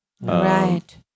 Right